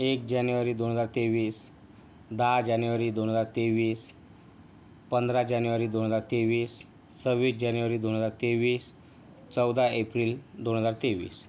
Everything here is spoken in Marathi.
एक जानेवारी दोन हजार तेवीस दहा जानेवारी दोन हजार तेवीस पंधरा जानेवारी दोन हजार तेवीस सव्वीस जानेवारी दोन हजार तेवीस चौदा एप्रिल दोन हजार तेवीस